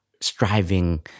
striving